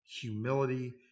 humility